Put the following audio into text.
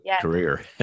career